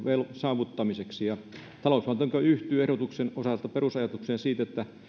saavuttamiseksi ja talousvaliokunta yhtyy ehdotuksen osalta perusajatukseen siitä että